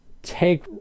take